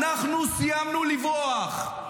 אנחנו סיימנו לברוח,